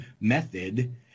method